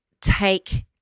take